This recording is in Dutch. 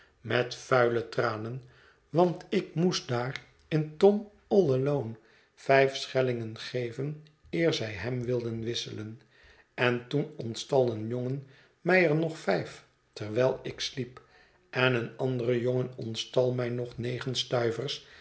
mét vuile tranen want ik moest daar in tom allalones vijf schellingen geven eer zij hem wilden wisselen en toen ontstal een jongen mij er nog vijf terwijl ik sliep en een andere jongen ontstal mij nog